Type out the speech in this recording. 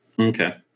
Okay